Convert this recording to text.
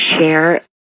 share